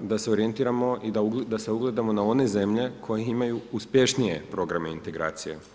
da se orijentiramo i da se ugledamo na one zemlje, koje imaju uspješnije programe integracije.